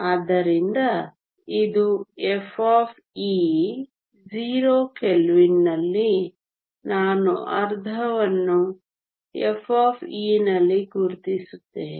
ಆದ್ದರಿಂದ ಇದು f 0 ಕೆಲ್ವಿನ್ನಲ್ಲಿ ನಾನು ಅರ್ಧವನ್ನು Ef ನಲ್ಲಿ ಗುರುತಿಸುತ್ತೇನೆ